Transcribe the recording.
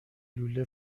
لوله